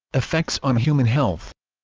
effects on human health